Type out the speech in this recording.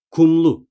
Kumlu